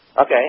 Okay